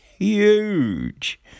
Huge